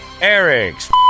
Eric's